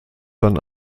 dann